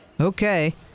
Okay